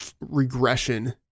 regression